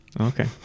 Okay